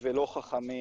ולא חכמים.